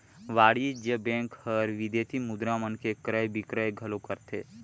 वाणिज्य बेंक हर विदेसी मुद्रा मन के क्रय बिक्रय घलो करथे